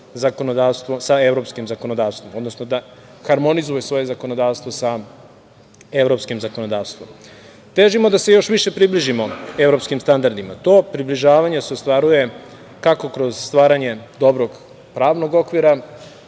sa evropskim zakonodavstvom, odnosno da harmonizuje svoje zakonodavstvo, sa evropskim zakonodavstvom. Težimo da se još više približimo evropskim standardima. To približavanje se ostvaruje, kako kroz stvaranje dobrog pravnog okvira,